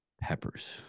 peppers